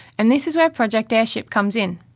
and this is where project airship comes in.